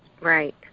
Right